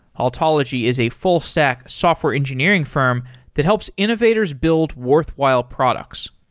altology is a full-stack software engineering firm that helps innovators build worthwhile products.